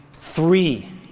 three